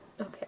Okay